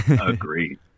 Agreed